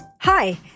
Hi